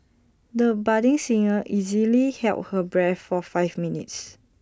the budding singer easily held her breath for five minutes